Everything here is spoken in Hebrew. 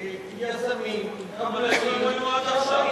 יזמים, איפה הם היו עד עכשיו?